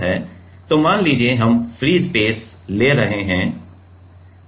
मान लिजिये हम फ्री स्पेस ले रहे है